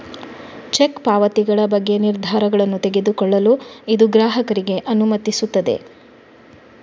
check ಪಾವತಿಗಳ ಬಗ್ಗೆ ನಿರ್ಧಾರಗಳನ್ನು ತೆಗೆದುಕೊಳ್ಳಲು ಇದು ಗ್ರಾಹಕರಿಗೆ ಅನುಮತಿಸುತ್ತದೆ